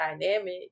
dynamic